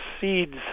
seeds